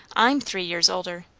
i'm three years older.